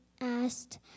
asked